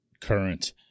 current